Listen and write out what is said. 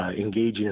engaging